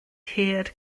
hir